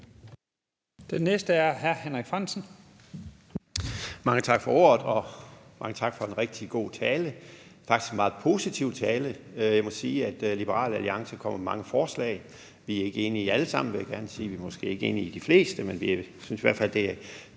Den næste spørger er hr. Henrik Frandsen.